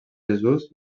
jesús